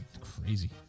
Crazy